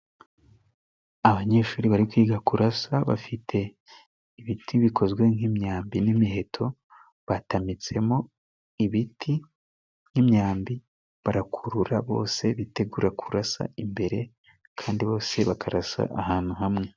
Abanyeshuri bari kwiga kurasa bafite ibiti bikozwe nk'imyambi n'imiheto. Batamitsemo ibiti n'imyambi barakurura bose bitegura kurasa imbere, kandi bose bakarasa ahantu hamwe.